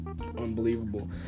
unbelievable